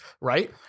right